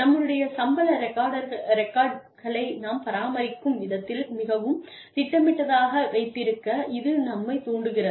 நம்முடைய சம்பள ரெக்கார்டுகளை நாம் பராமரிக்கும் விதத்தில் மிகவும் திட்டமிட்டதாக வைத்திருக்க இது நம்மைத் தூண்டுகிறது